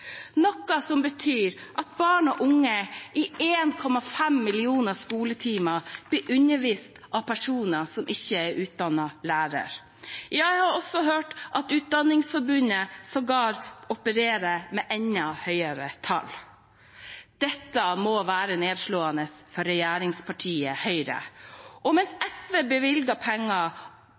betyr at barn og unge blir undervist i 1,5 millioner skoletimer av personer som ikke er utdannet lærer. Jeg har hørt at Utdanningsforbundet sågar opererer med enda høyere tall. Dette må være nedslående for regjeringspartiet Høyre. Mens SV bevilger penger